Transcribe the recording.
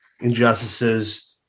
injustices